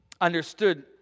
understood